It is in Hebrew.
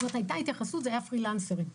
הייתה התייחסות, זה היה פרילנסרים.